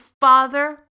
father